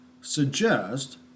suggest